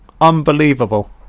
Unbelievable